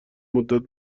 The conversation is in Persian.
مدت